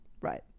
Right